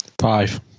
Five